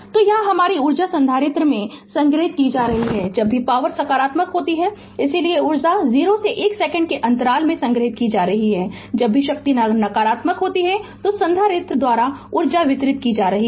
तो यहाँ हमारी ऊर्जा संधारित्र में संग्रहित की जा रही है जब भी पॉवर सकारात्मक होती है इसलिए ऊर्जा 0 से 1 सेकंड के अंतराल में संग्रहीत की जा रही है और जब भी शक्ति नकारात्मक होती है तो संधारित्र द्वारा ऊर्जा वितरित की जा रही है